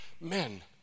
Men